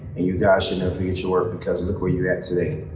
and you guys should never forget your worth because look where you're at today.